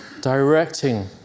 directing